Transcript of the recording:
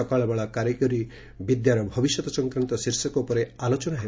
ସକାଳବେଳା କାରିଗରୀ ବିଦ୍ୟାର ଭବିଷ୍ୟତ ସଂକ୍ରାନ୍ତ ଶୀର୍ଷକ ଉପରେ ଆଲୋଚନା ହେବ